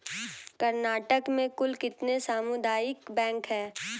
कर्नाटक में कुल कितने सामुदायिक बैंक है